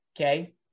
Okay